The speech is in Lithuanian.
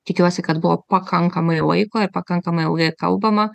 tikiuosi kad buvo pakankamai laiko ir pakankamai ilgai kalbama